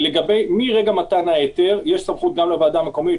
מרגע מתן ההיתר יש סמכות גם לוועדה המקומית